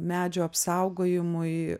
medžio apsaugojimui